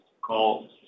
call